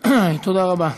תודה רבה.